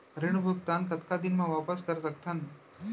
ऋण भुगतान कतका दिन म वापस कर सकथन?